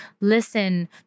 Listen